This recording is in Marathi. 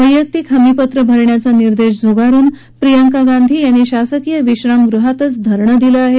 वैयक्तिक हमीपत्र भरण्याच्या निर्देश झ्गारून प्रियंका गांधी यांनी या शासकीय विश्रामग्रहातच धरणं दिले आहे